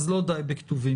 אז לא די בכתובים.